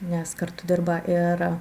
nes kartu dirba ir